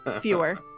Fewer